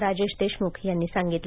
राजेश देशमुख यांनी सांगितलं